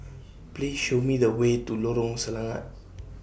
Please Show Me The Way to Lorong Selangat